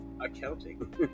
accounting